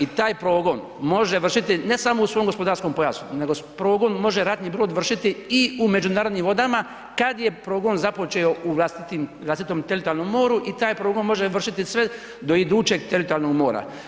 i taj progon može vršiti ne samo u svom gospodarskom pojasu nego progon može ratni brod vršiti i u međunarodnim vodama kad je progon započeo u vlastitom teritorijalnom moru i taj progon može vršiti sve do idućeg teritorijalnog mora.